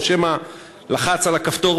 או שמא לחץ על הכפתור,